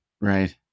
Right